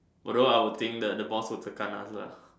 although I will think that the boss will tekan us lah